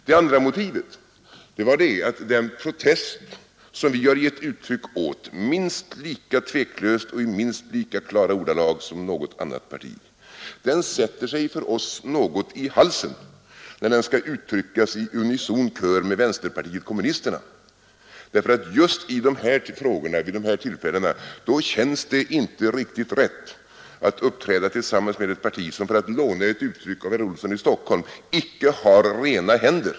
Det andra motivet är att den protest, som vi har givit uttryck åt minst lika tveklöst och i minst lika klara ordalag som något annat parti, för oss sätter sig i halsen, när den skall uttryckas i unison kör med vänsterpartiet kommunisterna. Just i de här frågorna och vid de här tillfällena känns det inte riktigt rätt att uppträda tillsammans med ett parti som, för att låna ett uttryck av herr Olsson i Stockholm, icke har rena händer.